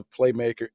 playmaker